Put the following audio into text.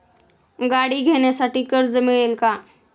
गाडी घेण्यासाठी कर्ज मिळेल का?